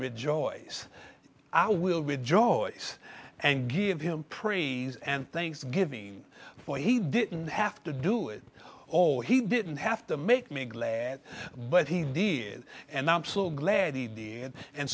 rejoice i will rejoice and give him praise and thanksgiving for he didn't have to do it or he didn't have to make me glad but he did and i'm so glad he did and